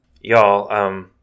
Y'all